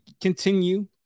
continue